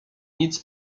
nic